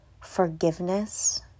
forgiveness